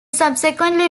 subsequently